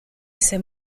ese